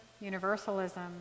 Universalism